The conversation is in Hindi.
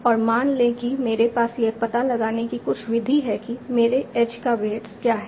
और मान लें कि मेरे पास यह पता लगाने की कुछ विधि है कि मेरे एजेज का वेट्स क्या है